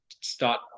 start